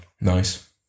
nice